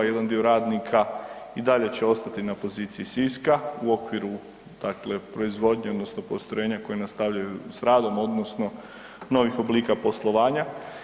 Jedan dio radnika i dalje će ostati na poziciji Siska u okviru, dakle proizvodnje odnosno postrojenja koje nastavljaju s radom odnosno novih oblika poslovanja.